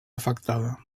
afectada